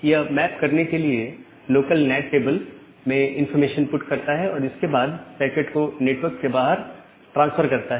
यह मैप करने के लिए लोकल नैट टेबल में इंफॉर्मेशन पुट करता है और इसके बाद पैकेट को नेटवर्क के बाहर ट्रांसफर करता है